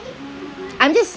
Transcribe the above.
I'm just